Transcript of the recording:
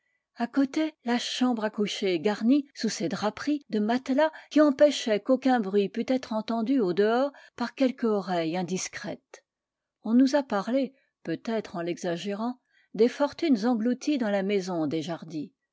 à côté la chambre à coucher garnie sous ses draperies de matelas qui empêchaient qu'aucun bruit pût être entendu au dehors par quelque oreille indiscrète on nous a parlé peut-être en l'exagérant des fortunes englouties dans la maison des